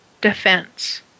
defense